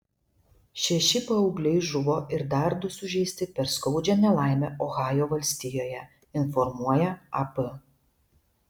šeši paaugliai žuvo ir dar du sužeisti per skaudžią nelaimę ohajo valstijoje informuoja ap